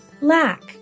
lack